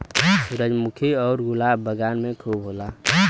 सूरजमुखी आउर गुलाब बगान में खूब होला